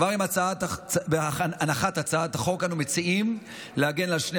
כבר עם הנחת הצעת החוק אנו מציעים להגן על שני